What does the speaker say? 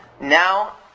Now